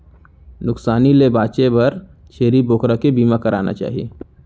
नुकसानी ले बांचे बर छेरी बोकरा के बीमा कराना चाही